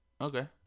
Okay